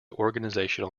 organisational